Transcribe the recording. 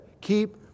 Keep